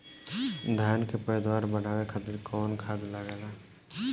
धान के पैदावार बढ़ावे खातिर कौन खाद लागेला?